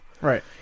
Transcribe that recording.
Right